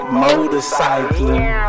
motorcycling